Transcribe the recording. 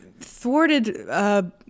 Thwarted